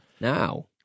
Now